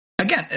Again